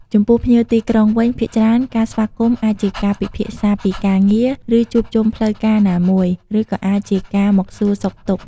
ចំពោះភ្ញៀវទីក្រុងវិញ ភាគច្រើនការស្វាគមន៍អាចជាការពិភាក្សាពីការងារ ឬជួបជុំផ្លូវការណាមួយ ឬក៏អាចជាការមកសួរសុខទុក្ខ។